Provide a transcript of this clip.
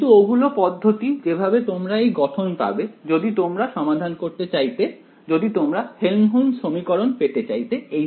কিন্তু ওগুলো পদ্ধতি যেভাবে তোমরা এই গঠন পাবে যদি তোমরা সমাধান করতে চাইতে যদি তোমরা Helmholtz সমীকরণ পেতে চাইতে এ